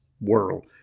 world